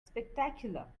spectacular